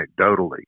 anecdotally